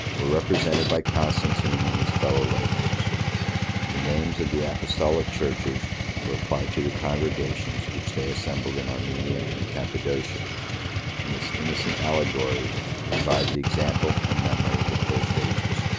were represented by constantine and his fellow-laborers the names of the apostolic churches were applied to the congregations which they assembled in armenia and cappadocia and this innocent allegory revived the example and memory of the first ages.